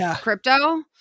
crypto